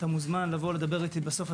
אתה מוזמן לדבר איתי בסוף,